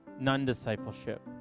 non-discipleship